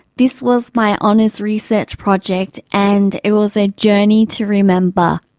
this was my honours research project and it was a journey to remember.